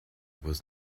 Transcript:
was